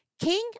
King